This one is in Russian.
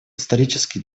исторический